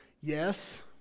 Yes